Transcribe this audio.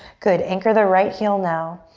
good, anchor the right heel now.